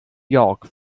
york